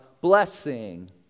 blessing